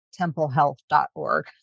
templehealth.org